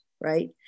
right